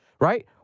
right